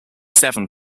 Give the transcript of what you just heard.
seven